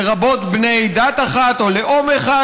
לרבות בני דת אחת או לאום אחד,